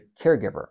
caregiver